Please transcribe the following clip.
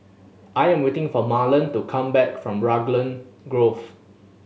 I am waiting for Marlen to come back from Raglan Grove